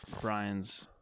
Brian's